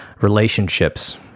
relationships